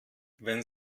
wenn